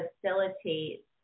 facilitate